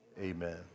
amen